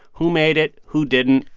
who made it? who didn't?